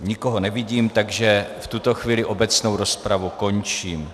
Nikoho nevidím, takže v tuto chvíli obecnou rozpravu končím.